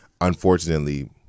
unfortunately